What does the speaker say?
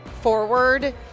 forward